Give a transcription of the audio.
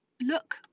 look